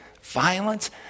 violence